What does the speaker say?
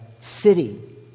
city